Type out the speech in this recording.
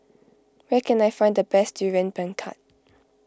where can I find the best Durian Pengat